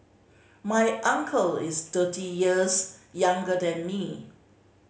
my uncle is thirty years younger than me